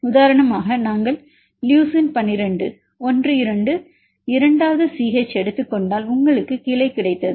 உதாரணமாக நாங்கள் லுசின் 12 1 2 இரண்டாவது CH எடுத்துக் கொண்டால் உங்களுக்கு கிளை கிடைத்தது